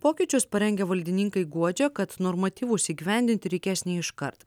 pokyčius parengę valdininkai guodžia kad normatyvus įgyvendinti reikės ne iškart